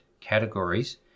categories